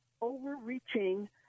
overreaching